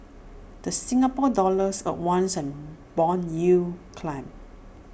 the Singapore dollar advanced and Bond yields climbed